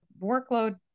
workload